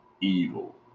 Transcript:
evil